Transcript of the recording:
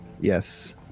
Yes